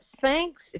thanks